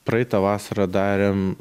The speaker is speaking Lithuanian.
praeitą vasarą darėm